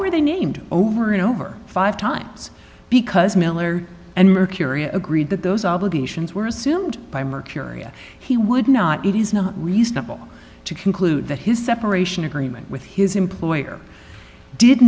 were they named over and over five times because miller and mercury agreed that those obligations were assumed by mercurial he would not it is not reasonable to conclude that his separation agreement with his employer i did